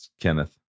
Kenneth